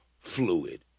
Fluid